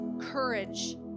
courage